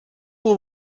will